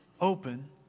open